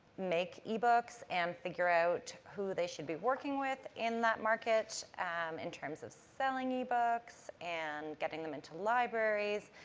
make ebooks and figure out who they should be working with in that market in terms of selling ebooks and getting them into libraries.